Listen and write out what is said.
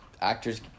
actors